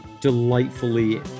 delightfully